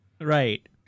Right